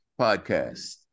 podcast